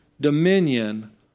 dominion